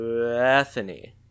Bethany